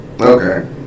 Okay